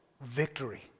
victory